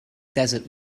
desert